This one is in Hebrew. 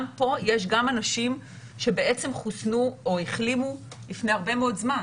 גם פה יש אנשים שבעצם חוסנו או החלימו לפני הרבה מאוד זמן.